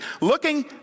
Looking